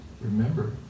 remember